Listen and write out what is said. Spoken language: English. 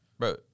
Bro